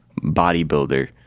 bodybuilder